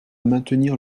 maintenir